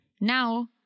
Now